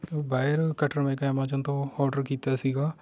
wire cutter ਮੈਂ ਇੱਕ Amazon ਤੋਂ ਓਡਰ ਕੀਤਾ ਸੀਗਾ